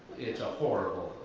it's a horrible,